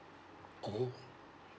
oh